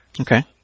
Okay